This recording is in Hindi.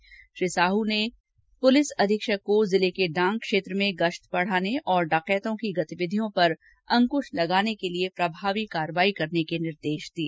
आई जी ने पुलिस अधीक्षक को जिले के डांग क्षेत्र में गश्त बढाने और डकैतों की गतिविधियों पर अंकुश लगाने के लिए प्रभावी कार्यवाही करने के निर्देश दिए